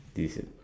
this